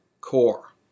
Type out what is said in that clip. core